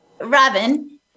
Robin